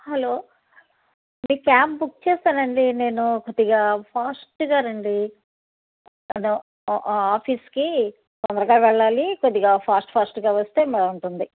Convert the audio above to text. hello అది cab book చేశానండి నేను కొద్దిగా ఫాస్ట్గా రండి అదొ ఆఫీస్కి తొందరగా వెళ్ళాలి కొద్దిగా ఫాస్ట్ ఫాస్ట్గా వస్తే బాగుంటుంది